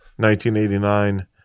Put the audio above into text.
1989